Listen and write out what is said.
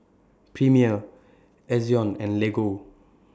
Premier Ezion and Lego